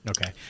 okay